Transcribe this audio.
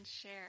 share